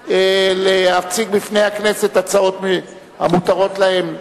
להציג בפני הכנסת הצעות המותרות להם.